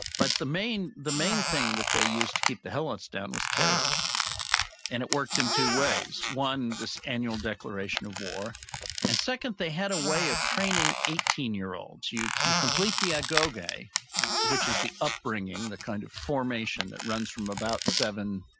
but the main the main thing that they used to keep the helots down was terror and it worked in two ways. one, this annual declaration of war and second, they had a way of training eighteen year olds. you you complete the ah agoge, which is the upbringing, the kind of formation that runs from about seven,